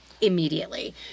Immediately